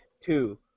two